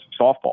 softball